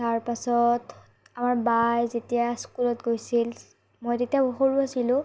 তাৰ পাছত আমাৰ বায়ে যেতিয়া স্কুলত গৈছিল মই তেতিয়া সৰু আছিলো